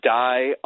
die